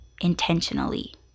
intentionally